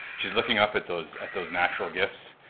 she's looking up at those at those natural gifts,